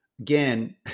again